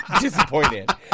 disappointed